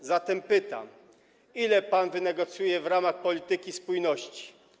A zatem pytam: Ile pan wynegocjuje w ramach polityki spójności?